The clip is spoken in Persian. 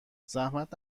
زحمت